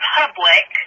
public